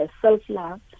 self-love